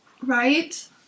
Right